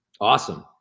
Awesome